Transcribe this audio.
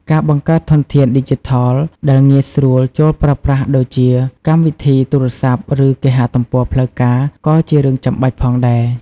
ការបង្កើតធនធានឌីជីថលដែលងាយស្រួលចូលប្រើប្រាស់ដូចជាកម្មវិធីទូរស័ព្ទឬគេហទំព័រផ្លូវការក៏ជារឿងចាំបាច់ផងដែរ។